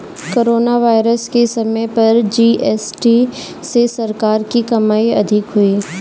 corona virus के समय पर जी.एस.टी से सरकार की कमाई अधिक हुई